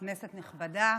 כנסת נכבדה,